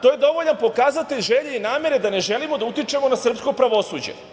To je dovoljan pokazatelj želje i namere da ne želimo da utičemo na srpsko pravosuđe.